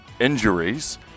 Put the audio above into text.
injuries